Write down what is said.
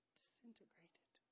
disintegrated